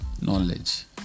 knowledge